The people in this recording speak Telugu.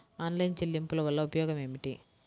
ఆన్లైన్ చెల్లింపుల వల్ల ఉపయోగమేమిటీ?